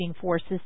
forces